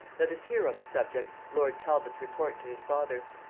let us hear on the subject lord talbot's report to his father.